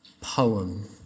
poem